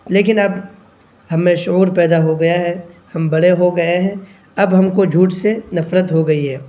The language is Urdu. لیکن اب ہم میں شعور پیدا ہو گیا ہے ہم بڑے ہو گئے ہیں اب ہم کو جھوٹ سے نفرت ہو گئی ہے